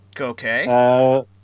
Okay